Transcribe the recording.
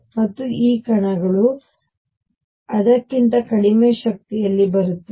ಮತ್ತು ಈ ಕಣಗಳು ಅದಕ್ಕಿಂತ ಕಡಿಮೆ ಶಕ್ತಿಯಲ್ಲಿ ಬರುತ್ತವೆ